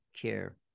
care